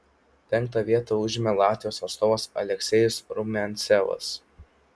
penktą vietą užėmė latvijos atstovas aleksejus rumiancevas